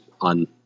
on